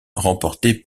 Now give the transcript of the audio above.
remporté